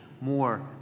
more